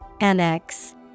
Annex